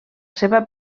seva